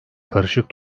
karışık